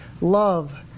love